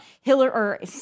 Hillary